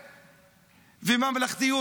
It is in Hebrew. וממלכתיות?